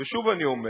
ושוב אני אומר,